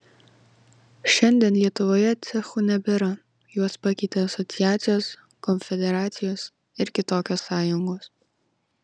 šiandien lietuvoje cechų nebėra juos pakeitė asociacijos konfederacijos ir kitokios sąjungos